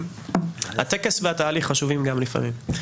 הטקס והתהליך חשובים גם לפעמים.